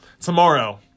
Tomorrow